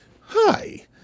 Hi